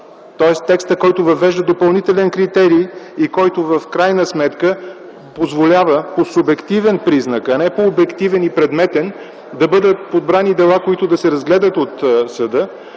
тоест текстът, който въвежда допълнителен критерий и в крайна сметка позволява по субективен признак, а не по обективен и предметен да бъдат подбрани дела, които да се разгледат от съда,